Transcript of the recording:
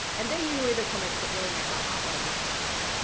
and they're usually the comments that really make my heart wanna just burst.